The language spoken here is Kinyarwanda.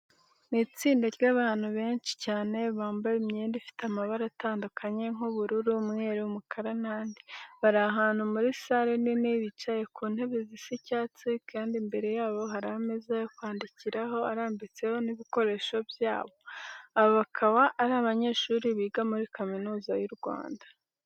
Ni itsinda ry'abandu benshi cyane bambaye imyenda ifite amabara atandukanye nk'ubururu, umweru, umukara n'andi. Bari ahantu muri sale nini, bicaye ku ntebe zisa icyatsi kandi imbere yabo hari ameza yo keandikiraho irambitseho n'ibikoresho byabo. Aba bakaba ari abanyeshuri biga muri Kaminuza y'u Rwanda.